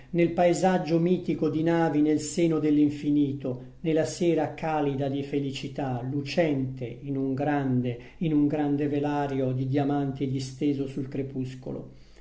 nel paesaggio mitico di navi nel seno dell'infinito ne la sera calida di felicità lucente in un grande in un grande velario di diamanti disteso sul crepuscolo